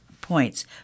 points